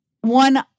One